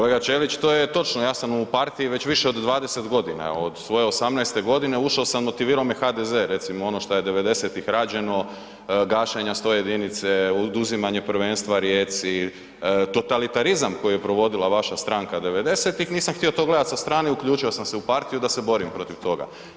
Kolega Ćelić to je točno ja sam u partiji već više od 20 godina, od svoje 18 godine ušao sam motivirao me je HDZ recimo ono što je '90. rađeno, gašenje 101-nice, oduzimanje prvenstva Rijeci, totalitarizam koji je provodila vaša stranka '90.-tih nisam htio to gledati sa strane, uključio sam se u partiju da se borim protiv toga.